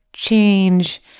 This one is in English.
Change